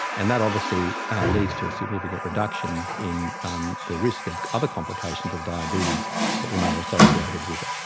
and that obviously leads to a significant reduction in um the risk of other complications of diabetes that we know are associated with it.